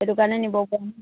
সেইটো কাৰণে নিব